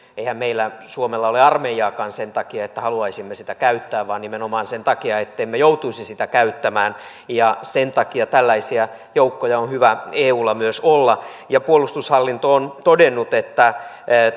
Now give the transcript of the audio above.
eihän meillä suomella ole armeijaakaan sen takia että haluaisimme sitä käyttää vaan nimenomaan sen takia ettemme joutuisi sitä käyttämään ja sen takia tällaisia joukkoja on hyvä eulla myös olla puolustushallinto on todennut että